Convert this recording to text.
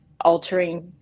altering